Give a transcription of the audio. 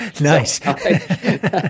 Nice